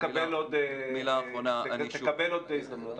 תקבל עוד הזדמנות.